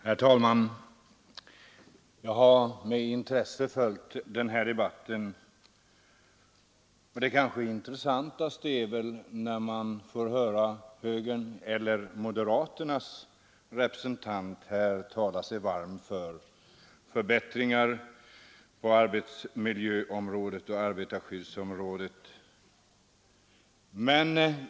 Herr talman! Jag har med intresse följt den här debatten. Det kanske intressantaste är när man får höra moderaternas representant tala sig varm för förbättringar på arbetsmiljöområdet och på arbetarskyddsområdet.